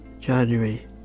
January